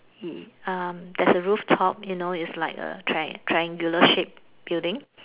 um there's a rooftop you know it's like a triangle triangular shaped building